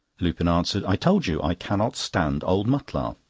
lupin answered i told you! i cannot stand old mutlar.